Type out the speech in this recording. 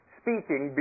speaking